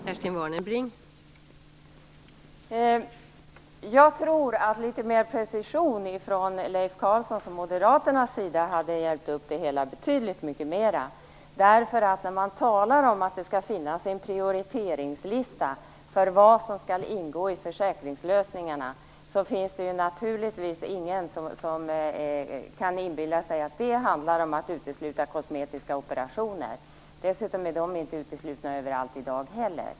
Fru talman! Jag tror att litet mer precision från Leif Carlsons och Moderaternas sida hade hjälpt upp det hela betydligt mer. När man talar om att de skall finnas en prioriteringslista för vad som skall ingå i försäkringslösningarna, finns det naturligtvis ingen som kan inbilla sig att det handlar om att utesluta kosmetiska operationer. Dessutom är de inte uteslutna överallt i dag heller.